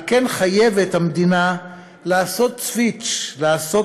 על כן חייבת המדינה לעשות סוויץ' ולעסוק